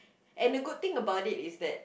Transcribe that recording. and the good thing about it is that